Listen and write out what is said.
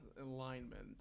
alignment